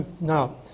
Now